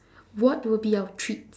what would be our treats